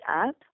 up